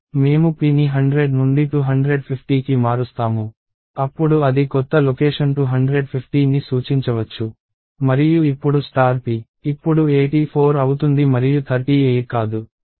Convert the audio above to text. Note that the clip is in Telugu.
మేము pని 100 నుండి 250కి మారుస్తాము అప్పుడు అది కొత్త లొకేషన్ 250 ని సూచించవచ్చు మరియు ఇప్పుడు p ఇప్పుడు 84 అవుతుంది మరియు 38 కాదు